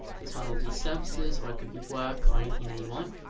this one will be services or it could be work or anythingthat you want.